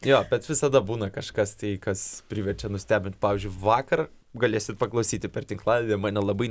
jo bet visada būna kažkas tai kas priverčia nustebint pavyzdžiui vakar galėsit paklausyti per tinklalaidę mane labai